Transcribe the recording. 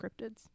cryptids